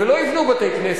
ולא יבנו בתי-כנסת,